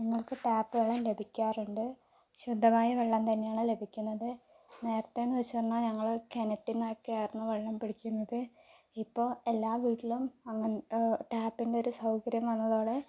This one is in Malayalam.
ഞങ്ങൾക്ക് ടാപ്പ് വെള്ളം ലഭിക്കാറുണ്ട് ശുദ്ധമായ വെള്ളം തന്നെയാണ് ലഭിക്കുന്നത് നേരത്തെയെന്നു വെച്ചു പറഞ്ഞാൽ ഞങ്ങൾ കിണറ്റിൽ നിന്ന് ഒക്കെ ആയിരുന്നു വെള്ളം പിടിക്കുന്നത് ഇപ്പോൾ എല്ലാ വീട്ടിലും അങ്ങനെ ടാപ്പിൻ്റെ ഒരു സൗകര്യം വന്നത്തോടെ